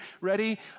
Ready